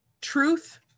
truth